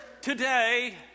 Today